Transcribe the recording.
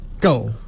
go